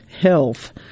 Health